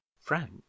frank